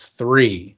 three